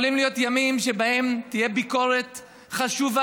יכולים להיות ימים שבהם תהיה ביקורת חשובה,